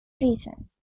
reasons